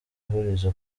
ihurizo